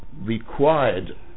required